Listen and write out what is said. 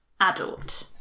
adult